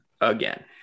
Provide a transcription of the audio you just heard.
again